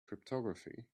cryptography